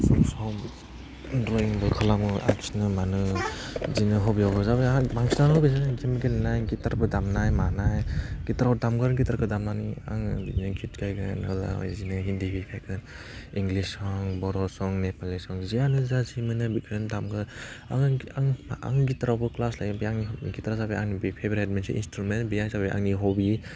सम सम ड्रइंबो खालामो आखिनो मानो बिदिनो हबियाव मोजां बांसिनो बिदिनो गेम गेलेनाय गिटारफोर दामनाय मानाय गिटारखौ दामगोन गिटारखौ दामनानै आङो बिदिनो गिट गाइगोन ओह बे बेबायदिनो हिन्दी गिट गायगोन इंलीज सं बर' सं नेपालि सं जियानो जा जि मोनो बेखौनो दामगोन आङो आं आङो गिटारावबो ख्लास लायो ओमफ्राय आंनि गिटारआ जाबाय आंनि बे पेबरेट मोनसे इन्सथ्रुमेन बेयो जाबाय आंनि हबि